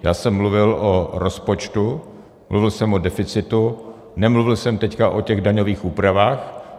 Já jsem mluvil o rozpočtu, mluvil jsem o deficitu, nemluvil jsem teď o těch daňových úpravách.